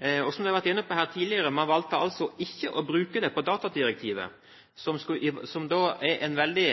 Som man har vært inne på her tidligere, valgte man ikke å bruke den på datalagringsdirektivet, som er en veldig